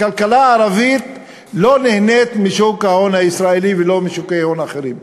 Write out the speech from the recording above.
הכלכלה הערבית לא נהנית משוק ההון הישראלי ולא משוקי הון אחרים.